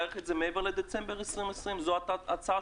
להאריך את זה מעבר לדצמבר 2002 זו היתה ההצעה